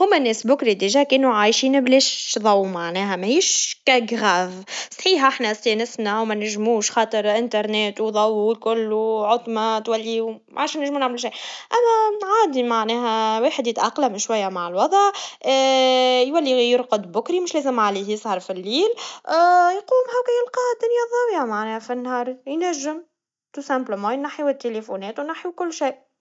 هما الناس قبل بالفعل كانوا عايشين بلاش ضو, معناها مهيش خطيرة, سيها احنا سي نصنع ومننجموش خاطر إنترنت وضو وكله عتمات واليوم عاش باش ما ننجم نعمل شي, اليوم عادي معناها الواحد يتأقلم شويا مع الوضع يولي يرقد بكري, مش لازم على يسهر فالليل, يقوم هكا يلقى الدنيا ضاويا معناها فالنهار, ينجم ببساطا ينحو التليفونات وينحو كل شي.